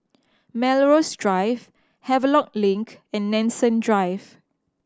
Melrose Drive Havelock Link and Nanson Drive